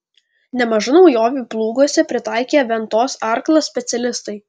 nemaža naujovių plūguose pritaikė ventos arklas specialistai